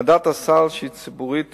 ועדת הסל, שהיא ציבורית ומקצועית,